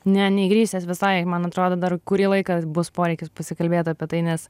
ne neįgrisęs visai man atrodo dar kurį laiką bus poreikis pasikalbėt apie tai nes